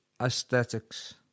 Aesthetics